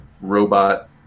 robot